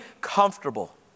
comfortable